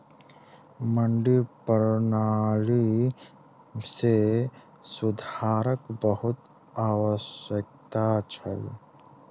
मंडी प्रणाली मे सुधारक बहुत आवश्यकता छल